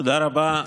תודה רבה.